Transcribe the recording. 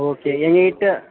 okay எங்கள்கிட்ட